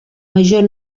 major